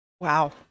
Wow